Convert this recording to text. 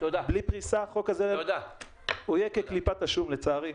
בלי פריסה, החוק הזה יהיה כקליפת השום, לצערי.